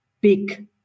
big